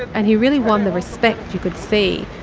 and he really won the respect, you could see,